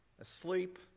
asleep